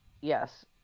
Yes